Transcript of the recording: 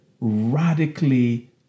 radically